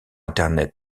internet